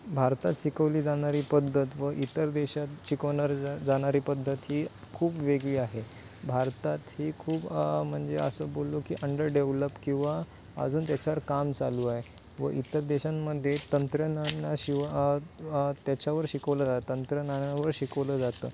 भारतात शिकवली जाणारी पद्धत व इतर देशात शिकवणार ज जाणारी पद्धत ही खूप वेगळी आहे भारतात ही खूप म्हणजे असं बोललो की अंडरडेव्हलप किंवा अजून त्याच्यावर काम चालू आहे व इतर देशांमध्ये तंत्रज्ञानाशिवाय त्याच्यावर शिकवलं जातं तंत्रज्ञानावर शिकवलं जातं